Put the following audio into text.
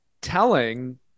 telling